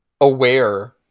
aware